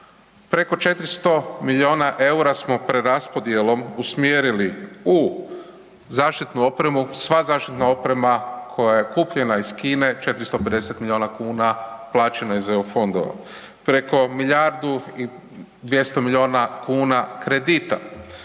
Preko 400 milijuna eura smo preraspodjelom usmjerili u zaštitnu opremu, sva zaštitna oprema koja je kupljena iz Kine, 450 milijuna kuna, plaćena je iz EU fondova. Preko milijardu i 200 milijuna kredita.